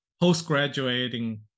post-graduating